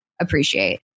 appreciate